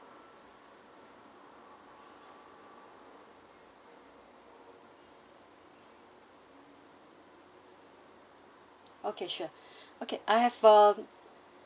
okay sure okay I have uh